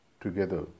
together